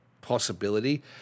possibility